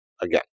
again